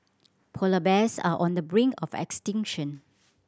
polar bears are on the brink of extinction